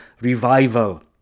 revival